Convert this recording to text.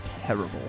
terrible